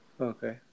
Okay